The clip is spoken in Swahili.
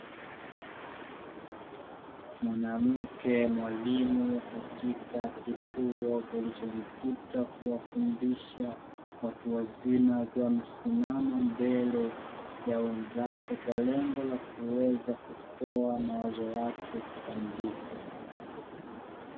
Mwanamke mwalimu katika kituo kilichojikita kuwafundisha watu wazima, akiwa amesimama mbele ya wenzake kwa lengo la kuweza kutoa mawazo yake kikamilifu.